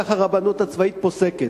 וכך הרבנות הצבאית פוסקת.